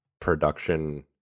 production